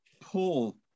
Paul